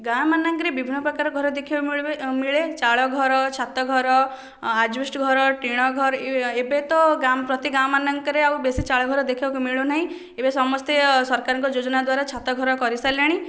ଗାଁ ମାନଙ୍କରେ ବିଭିନ୍ନ ପ୍ରକାରର ଘର ଦେଖିବାକୁ ମିଳିବ ମିଳେ ଚାଳ ଘର ଛାତ ଘର ଆଜ୍ବେଷ୍ଟସ୍ ଘର ଟିଣ ଘର ଏବେ ତ ପ୍ରତି ଗାଁ ମାନଙ୍କରେ ଆଉ ବେଶୀ ଚାଳ ଘର ଦେଖିବାକୁ ମିଳୁନାହିଁ ଏବେ ସମସ୍ତେ ସରକାରଙ୍କର ଯୋଜନା ଦ୍ୱାରା ଛାତ ଘର କରିସାରିଲେଣି